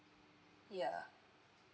ya